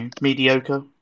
mediocre